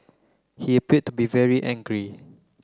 he appeared to be very angry